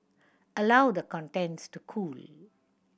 allow the contents to cool